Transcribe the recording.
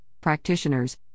practitioners